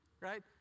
right